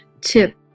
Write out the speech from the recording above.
tip